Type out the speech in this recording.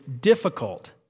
difficult